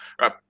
right